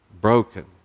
broken